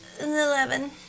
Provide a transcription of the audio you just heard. eleven